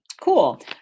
Cool